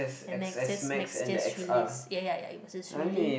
x_s-max just released ya ya ya it was